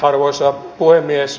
arvoisa puhemies